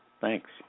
thanks